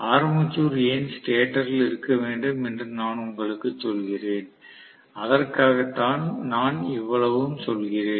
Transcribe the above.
armature ஏன் ஸ்டேட்டரில் இருக்க வேண்டும் என்று நான் உங்களுக்கு சொல்கிறேன் அதற்காக தான் நான் இவ்வளவும் சொல்கிறேன்